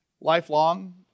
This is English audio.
lifelong